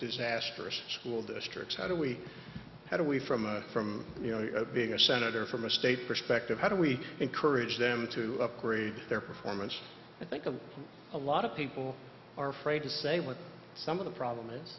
disastrous school districts how do we how do we from a from being a senator from a state perspective how do we encourage them to upgrade their performance i think of a lot of people are afraid to say what some of the problem is